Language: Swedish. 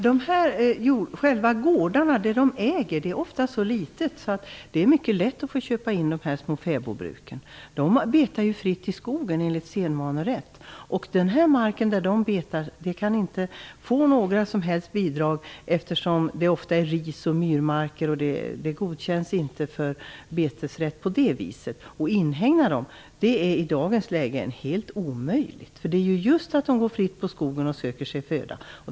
Fru talman! Själva gårdarna som man äger är oftast så små att det är mycket lätt att få köpa in dem från fäbodbruken. Djuren betar ju fritt i skogen enligt sedvanerätt. För den mark där de betar kan man inte få några som helst bidrag, eftersom det ofta är ris och myrmarker, och det godkänns inte för betesrätt. Att inhägna marken är i dagens läge helt omöjligt. Djuren går fritt i skogen och söker sig föda.